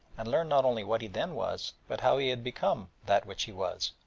and learn not only what he then was, but how he had become that which he was.